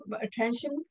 attention